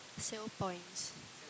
sale points